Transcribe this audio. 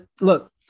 look